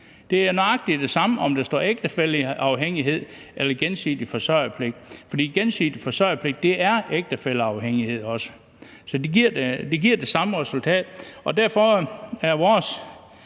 Det er nøjagtig det samme, om der står ægtefælleafhængighed eller gensidig forsørgerpligt, for gensidig forsørgerpligt er ægtefælleafhængighed. Så det giver det samme resultat. Derfor er vores